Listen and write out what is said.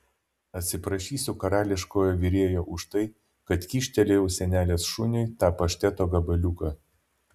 atsiprašysiu karališkojo virėjo už tai kad kyštelėjau senelės šuniui tą pašteto gabaliuką